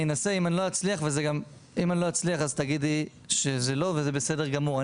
אני אנסה אם אני לא אצליח אז תגידי שזה לא וזה בסדר גמור.